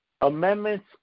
amendments